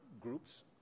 groups